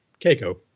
Keiko